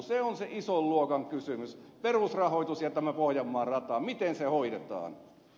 se on se ison luokan kysymys perusrahoitus ja tämä pohjanmaan rata miten se hoidetaan